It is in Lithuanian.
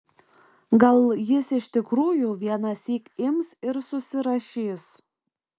gal jis iš tikrųjų vienąsyk ims ir susirašys